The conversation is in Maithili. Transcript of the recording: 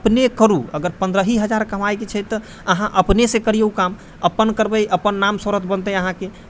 अपने करू अगर पन्द्रह ही हजार कमायके छै तऽ अहाँ अपनेसँ करियौ काम अपन करबै अपन नाम शोहरत बनतै अहाँके